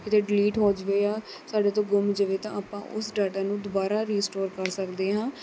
ਕਿਤੇ ਡਿਲੀਟ ਹੋ ਜਾਵੇ ਜਾਂ ਸਾਡੇ ਤੋਂ ਗੁੰਮ ਜਵੇ ਤਾਂ ਆਪਾਂ ਉਸ ਡਾਟਾ ਨੂੰ ਦੁਬਾਰਾ ਰੀਸਟੋਰ ਕਰ ਸਕਦੇ ਹਾਂ